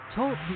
Talk